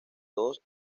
dos